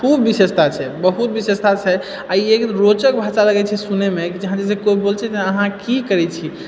खूब विशेषता छै बहुत विशेषता छै आ ई रोचक भाषा लगैत छे सुनैमे जैसे कोइ बोलय छै ने कि अहाँ की करैत छी